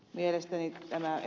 mielestäni ed